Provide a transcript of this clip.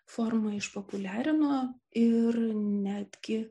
formą išpopuliarino ir netgi